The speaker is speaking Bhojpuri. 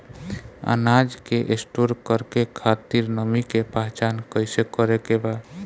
अनाज के स्टोर करके खातिर नमी के पहचान कैसे करेके बा?